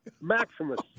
Maximus